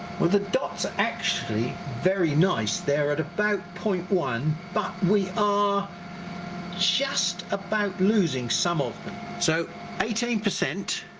well the dots are actually very nice they're at about point one but we are ah just about losing some of them so eighteen percent,